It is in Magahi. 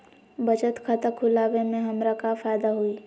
बचत खाता खुला वे में हमरा का फायदा हुई?